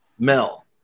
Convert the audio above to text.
Mel